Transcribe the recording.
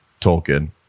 Tolkien